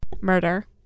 murder